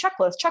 checklist